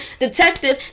detective